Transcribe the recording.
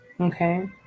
Okay